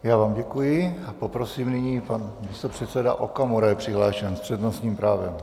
Já vám děkuji a poprosím nyní, pan místopředseda Okamura je přihlášen s přednostním právem.